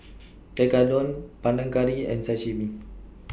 Tekkadon Panang Curry and Sashimi